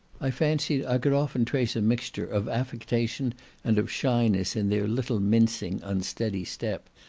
i fancied i could often trace a mixture of affectation and of shyness in their little mincing unsteady step,